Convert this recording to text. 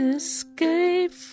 escape